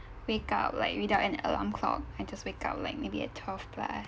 wake up like without an alarm clock and just wake up like maybe at twelve plus